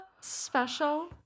special